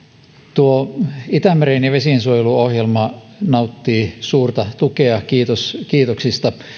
tuo itämeren ja vesien suojeluohjelma nauttii suurta tukea kiitoksista